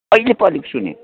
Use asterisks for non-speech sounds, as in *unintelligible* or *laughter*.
*unintelligible* सुने